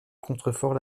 contreforts